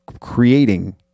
creating